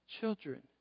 children